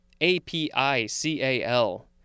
A-P-I-C-A-L